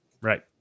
right